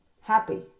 happy